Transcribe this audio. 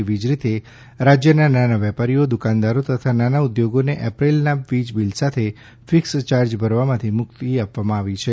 એવી જ રીતે રાજ્યના નાના વેપારીઓ દુકાનદારો તથા નાના ઉદ્યોગોને એપ્રિલના વીજ બિલ સાથે ફિક્સ ચાર્જ ભરવામાંથી મુક્તિ આપવામાં આવી છે